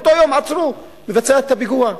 באותו יום עצרו את מבצע הפיגוע.